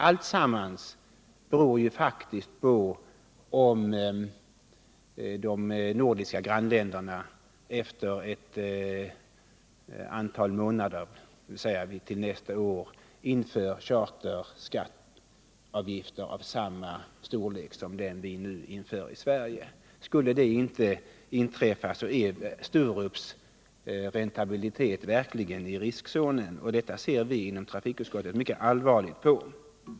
Alltsammans beror faktiskt på om de nordiska grannländerna efter ett antal månader, dvs. till nästa år, inför charteravgifter av samma storlek som den vi nu inför i Sverige. Skulle det inte ske, så är Sturups räntabilitet verkligen i riskzonen, och det ser vi inom trafikutskottet mycket allvarligt på.